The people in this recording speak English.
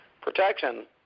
protection